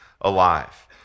alive